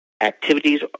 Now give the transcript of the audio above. activities